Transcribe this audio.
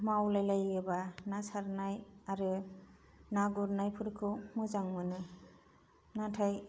मावलाय लायोब्ला ना सारनाय आरो ना गुरनायफोरखौ मोजां मोनो नाथाय